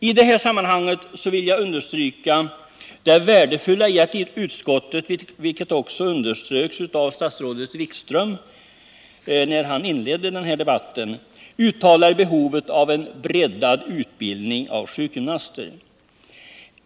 I det här sammanhanget vill jag understryka det värdefulla i att utskottet — vilket också betonades av statsrådet Wikström när han inledde den här debatten — uttalar behovet av breddad utbildning av sjukgymnaster.